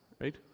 Right